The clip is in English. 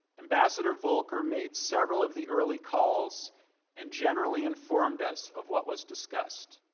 ambassador volker made several of the early calls and generally informed us of what was discussed.